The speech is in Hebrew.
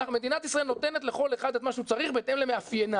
מדינת ישראל נותנת לכל אחד את מה שהוא צריך בהתאם למאפייניו.